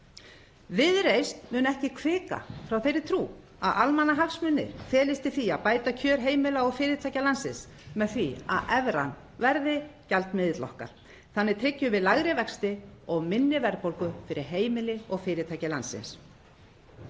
Viðreisn mun ekki hvika frá þeirri trú að almannahagsmunir felist í því að bæta kjör heimila og fyrirtækja landsins með því að evran verði gjaldmiðill okkar. Þannig tryggjum við lægri vexti og minni verðbólgu fyrir heimili og fyrirtæki landsins.